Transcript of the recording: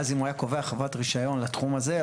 ואז אם הוא היה קובע חובת רישיון לתחום הזה,